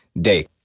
day